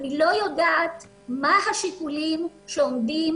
אני לא יודעת מה השיקולים שעומדים,